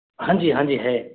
हाँ जी हाँ जी है